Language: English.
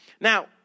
Now